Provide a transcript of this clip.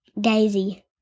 Daisy